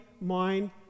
mind